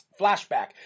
Flashback